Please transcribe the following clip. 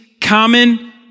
common